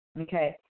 okay